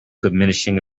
diminishing